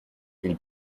ils